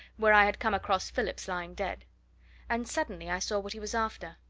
where i had come across phillips lying dead and suddenly i saw what he was after.